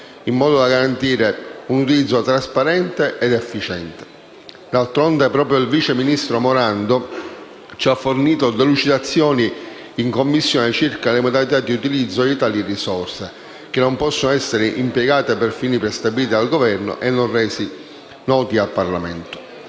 in modo da garantirne un utilizzo trasparente ed efficiente. D'altronde, proprio il vice ministro Morando ci ha fornito delucidazioni in Commissione circa le modalità di utilizzo di tali risorse, che non possono essere impiegate per fini prestabiliti dal Governo e non resi noti al Parlamento.